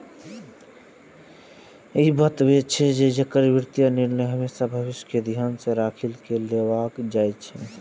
ई बतबै छै, जे वित्तीय निर्णय हमेशा भविष्य कें ध्यान मे राखि कें लेबाक चाही